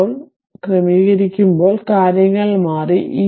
ഇപ്പോൾ ക്രമീകരിച്ചിരിക്കുമ്പോൾ കാര്യങ്ങൾ മാറി